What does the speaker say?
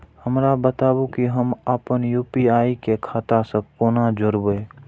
हमरा बताबु की हम आपन यू.पी.आई के खाता से कोना जोरबै?